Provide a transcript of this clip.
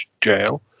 jail